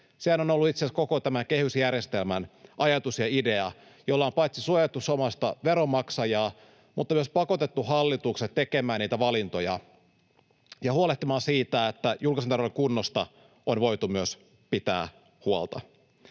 Sehän on ollut itse asiassa koko tämän kehysjärjestelmän ajatus ja idea, jolla on paitsi suojattu suomalaista veronmaksajaa myös pakotettu hallitukset tekemään niitä valintoja ja huolehtimaan siitä, että julkisen talouden kunnosta on voitu myös pitää huolta.